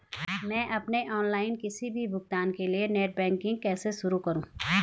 मैं अपने ऑनलाइन किसी भी भुगतान के लिए नेट बैंकिंग कैसे शुरु करूँ?